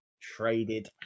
traded